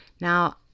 now